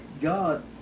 God